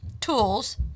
tools